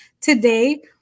today